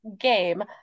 game